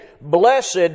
Blessed